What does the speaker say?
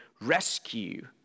rescue